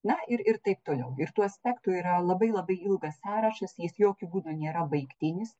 na ir ir taip toliau ir tų aspektų yra labai labai ilgas sąrašas jis jokiu būdu nėra baigtinis